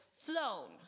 flown